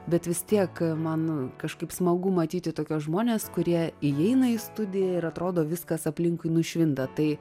bet vis tiek man kažkaip smagu matyti tokiuos žmones kurie įeina į studiją ir atrodo viskas aplinkui nušvinta tai